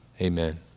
Amen